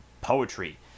poetry